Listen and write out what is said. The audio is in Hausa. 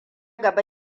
gaba